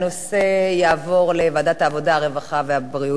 הרווחה והבריאות של הכנסת לשם עיון נוסף.